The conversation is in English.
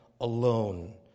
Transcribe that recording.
alone